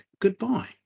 goodbye